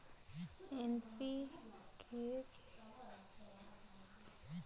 NPK को खाद के साथ किस अनुपात में मिलाते हैं?